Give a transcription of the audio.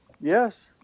Yes